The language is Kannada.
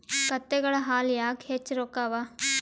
ಕತ್ತೆಗಳ ಹಾಲ ಯಾಕ ಹೆಚ್ಚ ರೊಕ್ಕ ಅವಾ?